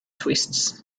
twists